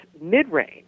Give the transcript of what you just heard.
mid-range